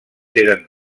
eren